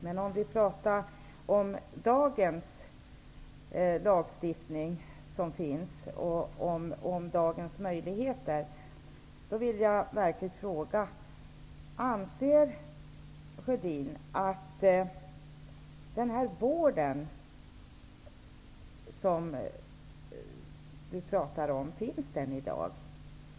Men nu skall vi tala om dagens lagstiftning och dagens möjligheter, och då vill jag fråga: Anser Karl Gustaf Sjödin att den vård han talar om finns?